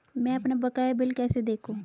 मैं अपना बकाया बिल कैसे देखूं?